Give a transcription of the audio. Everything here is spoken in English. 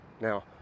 Now